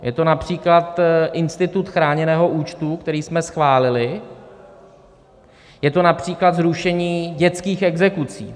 Je to například institut chráněného účtu, který jsme schválili, je to například zrušení dětských exekucí.